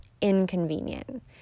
inconvenient